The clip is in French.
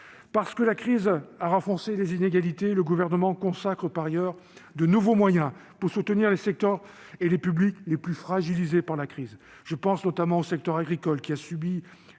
Parce que la crise a renforcé les inégalités, le Gouvernement consacre par ailleurs de nouveaux moyens au soutien des secteurs et des publics les plus fragilisés par la crise. Je pense notamment au secteur agricole, qui a subi